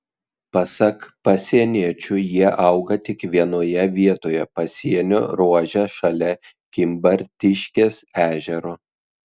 pasak pasieniečių jie auga tik vienoje vietoje pasienio ruože šalia kimbartiškės ežero